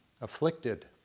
afflicted